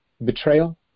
Betrayal